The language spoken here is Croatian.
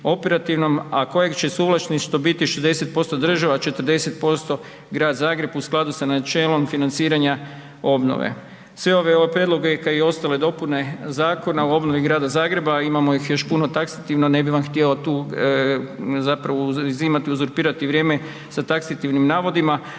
a kojeg će suvlasništvo biti 60%, 40% Grad Zagreb u skladu sa načelom financiranja obnove. Sve ove prijedloge kao i ostale dopune Zakona o obnovi Grada Zagreba, a imamo ih još puno taksativno ne bih vam htio tu uzimati i uzurpirati vrijeme sa taksativnim navodima.